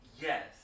Yes